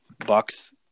Bucks